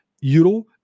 Euro